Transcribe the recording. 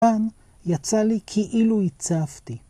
כאן יצא לי כאילו הצבתי.